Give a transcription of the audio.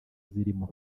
zirimo